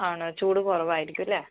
ആണോ ചൂട് കുറവായിരിക്കും അല്ലേ